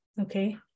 Okay